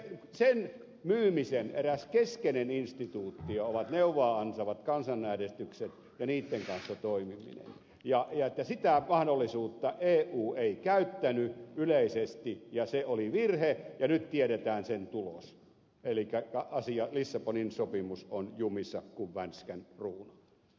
sen myymisen eräs keskeinen instituutio ovat neuvoa antavat kansanäänestykset ja niitten kanssa toimiminen sitä mahdollisuutta eu ei käyttänyt yleisesti ja se oli virhe ja nyt tiedetään sen tulos elikkä lissabonin sopimus on jumissa kuin vänskän ruuna